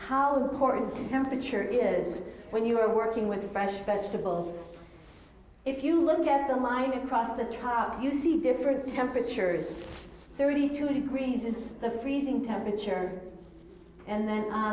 how important temperature is when you are working with fresh vegetables if you look at the line across the car you see different temperatures thirty two degrees in the freezing temperature and then